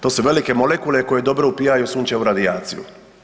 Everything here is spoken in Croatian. To su velike molekule koje dobro upijaju Sunčevu radijaciju.